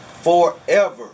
forever